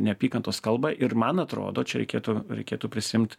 neapykantos kalbą ir man atrodo čia reikėtų reikėtų prisiimt